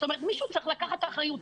זאת אומרת, מישהו צריך לקחת אחריות.